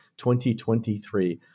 2023